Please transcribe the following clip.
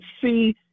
see